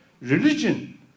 religion